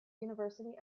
university